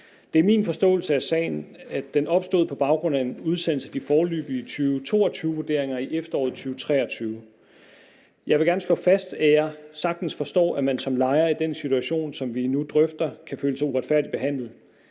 Det er min forståelse af sagen, at den opstod på baggrund af en udsendelseaf de foreløbige 2022-vurderinger i efteråret 2023. Jeg vil gerne slå fast, at jeg sagtens forstår, at man som lejer i den situation, som vi nu drøfter, kan føle sig uretfærdigt behandlet.